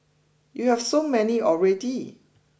you have so many already